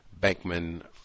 bankman